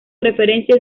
referencia